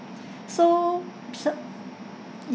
so it